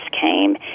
came